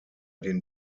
den